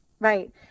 Right